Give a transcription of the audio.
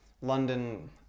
London